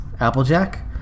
Applejack